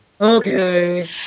Okay